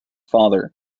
father